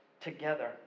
together